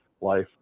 life